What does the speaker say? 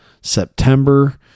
September